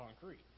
concrete